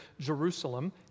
Jerusalem